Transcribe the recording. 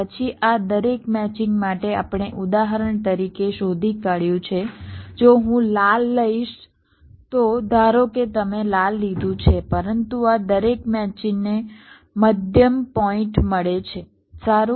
પછી આ દરેક મેચિંગ માટે આપણે ઉદાહરણ તરીકે શોધી કાઢ્યું છે જો હું લાલ લઈશ તો ધારો કે તમે લાલ લીધું છે પરંતુ આ દરેક મેચિંગને મધ્યમ પોઈન્ટ મળે છે સારું